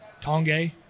Tongay